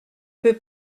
peu